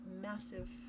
massive